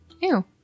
ew